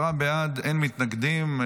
עשרה בעד, אין מתנגדים.